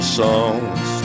songs